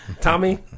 Tommy